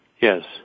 Yes